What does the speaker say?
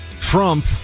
Trump